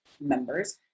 members